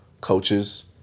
coaches